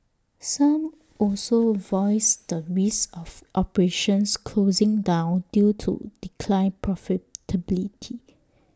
some also voiced the risk of operations closing down due to declined profitability